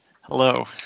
Hello